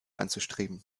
anzustreben